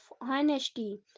Honesty